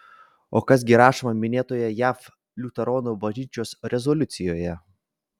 o kas gi rašoma minėtoje jav liuteronų bažnyčios rezoliucijoje